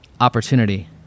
Opportunity